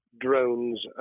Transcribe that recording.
drones